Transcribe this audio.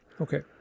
Okay